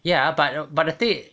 ya but but the thing